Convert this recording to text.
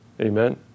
Amen